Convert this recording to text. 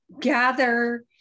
gather